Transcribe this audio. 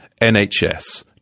NHS